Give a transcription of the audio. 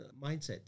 mindset